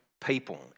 people